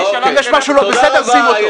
אם יש משהו לא בסדר, שים אותו.